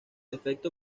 efecto